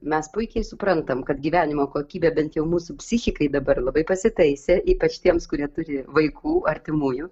mes puikiai suprantam kad gyvenimo kokybė bent jau mūsų psichikai dabar labai pasitaisė ypač tiems kurie turi vaikų artimųjų